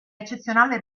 eccezionale